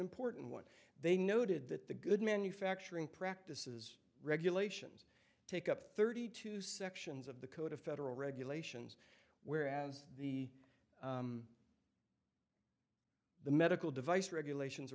important one they noted that the good manufacturing practices regulations take up thirty two sections of the code of federal regulations whereas the the medical device regulations